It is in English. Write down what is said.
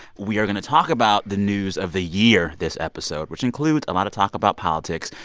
we are going to talk about the news of the year this episode, which includes a lot of talk about politics.